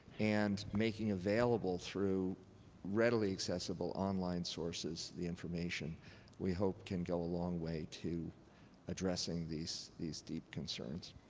and making available through readily accessible online sources the information we hope can go a long way to addressing these these deep concerns.